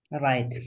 Right